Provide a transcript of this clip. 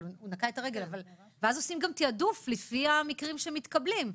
אז עושים גם תעדוף לפי המקרים שמתקבלים.